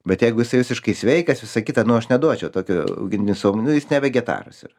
bet jeigu jisai visiškai sveikas visa kita nu aš neduočiau tokio auginiui savo nu jis ne vegetaras yra